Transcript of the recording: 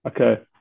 Okay